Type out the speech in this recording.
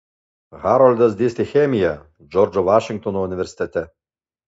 haroldas dėstė chemiją džordžo vašingtono universitete